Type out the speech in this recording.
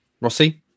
Rossi